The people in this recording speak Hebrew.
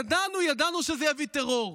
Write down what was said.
ידענו, ידענו שזה יביא טרור,